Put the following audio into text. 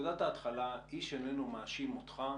ונקודת ההתחלה, איש איננו מאשים אותך